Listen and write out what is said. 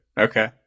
Okay